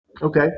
Okay